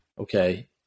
okay